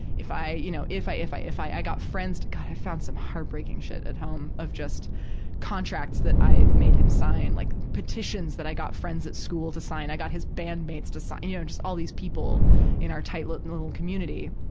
if i, you know, if i, if i, if i. i got friends god, i found some heartbreaking shit at home, of just contracts that i made him sign. like, petitions that i got friends at school to sign. i got his bandmates to sign you know, just all these people in our tight-knit and little community.